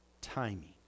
timing